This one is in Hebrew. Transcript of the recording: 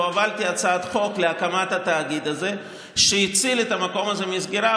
והובלתי הצעת חוק להקמת התאגיד הזה שהציל את המקום הזה מסגירה,